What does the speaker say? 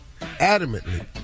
adamantly